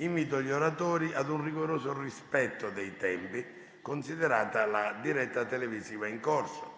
Invito gli oratori ad un rigoroso rispetto dei tempi, considerata la diretta televisiva in corso.